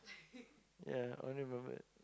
yeah I only remembered